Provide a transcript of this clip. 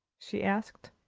she asked.